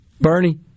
Bernie